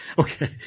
Okay